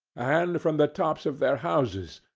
and from the tops of their houses,